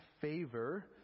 favor